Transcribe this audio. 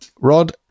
Rod